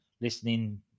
listening